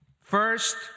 first